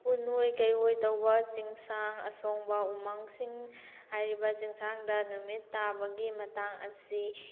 ꯎꯟꯑꯣꯏ ꯀꯩꯑꯣꯏ ꯇꯧꯕ ꯆꯤꯡꯁꯥꯡ ꯑꯁꯣꯡꯕ ꯎꯃꯪꯁꯤꯡ ꯍꯥꯏꯔꯤꯕ ꯆꯤꯡꯁꯥꯡꯗ ꯅꯨꯃꯤꯠ ꯇꯥꯕꯒꯤ ꯃꯇꯥꯡ ꯑꯁꯤ